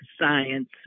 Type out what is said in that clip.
science